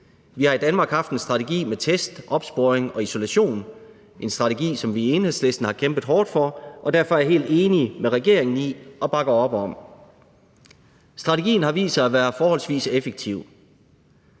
Vi har i Danmark haft en strategi med test, opsporing og isolation, en strategi, som vi i Enhedslisten har kæmpet hårdt for og derfor er helt enige med regeringen i og bakker op om. Strategien har vist sig at være forholdsvis effektiv.